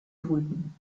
brüten